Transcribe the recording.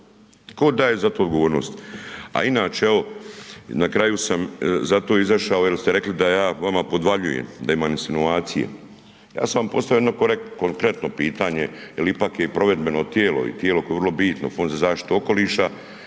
Tko daje za to odgovornost. A inače, evo na kraju sam zato izašao jer ste rekli da ja vama podvaljujem, da imam insinuacije. Ja sam vam postavio jedno konkretno pitanje jer ipak je provedbeno tijelo i tijelo koje je vrlo bitno, Fond za zaštitu okoliša,